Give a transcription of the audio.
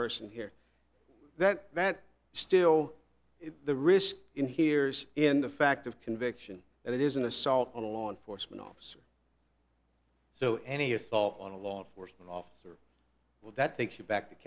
person here that that still is the risk in hears in the fact of conviction that it is an assault on a law enforcement officer so any assault on a law enforcement officer will that takes you back to